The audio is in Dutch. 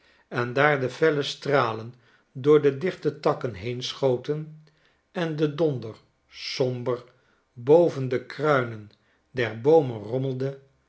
en daar de felle stralen door de dichte takken heen schoten en de donder somber boven de kruinen der boomen rommelde